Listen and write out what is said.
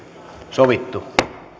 sovittu